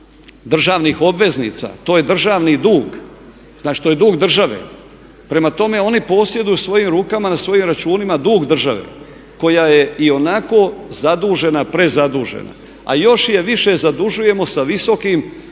državnih obveznica to je državni dug. Znači, to je dug države. Prema tome, oni posjeduju u svojim rukama na svojim računima dug države koja je ionako zadužena, prezadužena. A još je više zadužujemo sa visokim kamatnim